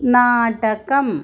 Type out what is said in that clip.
നാടകം